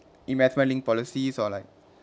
investment-linked policies or like